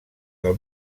del